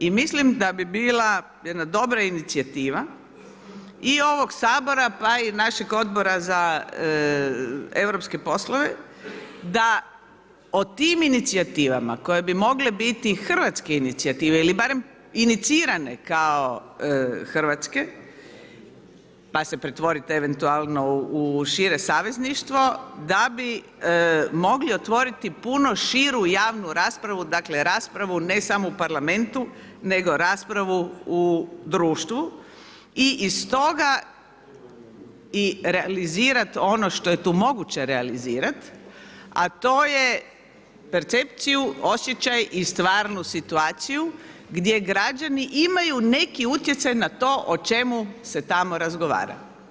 I mislim da bi bila jedna dobra inicijativa i ovog Sabora pa i našeg Odbora za europske poslove da o tim inicijativama koje bi mogle biti hrvatske inicijative ili barem inicirane kao hrvatske, pa se pretvoriti eventualno u šire savezništvo, da bi mogli otvoriti puno širu javnu raspravu dakle raspravu ne samo u Parlamentu nego raspravu u društvu i iz toga realizirati ono što je moguće realizirat a to je percepciju, osjećaj i stvarnu situaciju gdje građani imaju neki utjecaj na to o čemu se tamo razgovara.